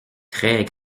très